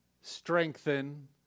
strengthen